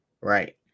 right